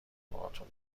باهاتون